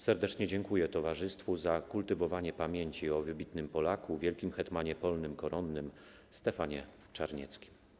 Serdecznie dziękuję towarzystwu za kultywowanie pamięci o wybitnym Polaku - wielkim hetmanie polnym koronnym Stefanie Czarnieckim.